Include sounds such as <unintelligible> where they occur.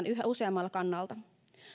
<unintelligible> yhä useammalta kannalta